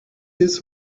his